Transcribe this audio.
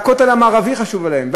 והכותל המערבי חשוב להם,